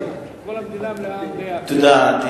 תודה.